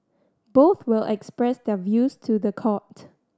both will express their views to the court